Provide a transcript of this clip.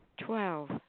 Twelve